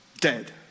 dead